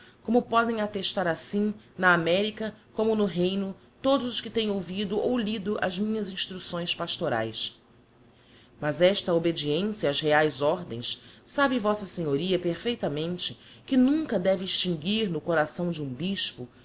como podem attestar assim na america como no reino todos os que tem ouvido ou lido as minhas instrucções pastoraes mas esta obediencia ás reaes ordens sabe v s a perfeitamente que nunca deve extinguir no coração de um bispo